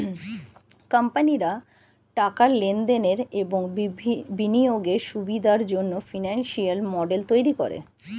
কোম্পানিরা টাকার লেনদেনের এবং বিনিয়োগের সুবিধার জন্যে ফিনান্সিয়াল মডেল তৈরী করে